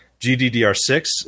GDDR6